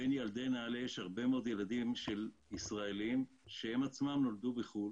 בין ילדי נעל"ה יש הרבה מאוד ילדים של ישראלים שהם עצמם נולדו בחו"ל